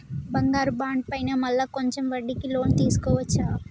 బంగారు బాండు పైన మళ్ళా కొంచెం వడ్డీకి లోన్ తీసుకోవచ్చా?